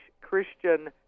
Christian